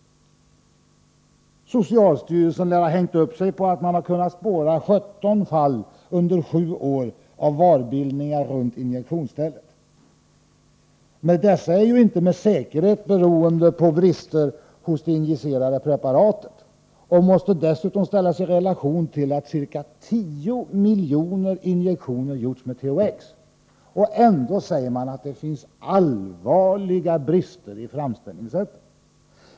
Socialstyrelsen lär ha hängt upp sig på att man under sju år har kunnat spåra 17 fall av varbildningar runt injektionsstället. Men dessa är ju inte med säkerhet beroende på brister hos det injicerade preparatet — och måste dessutom ställas i relation till att ca 10 miljoner injektioner gjorts med THX. Ändå säger man att det finns allvarliga brister i framställningssättet.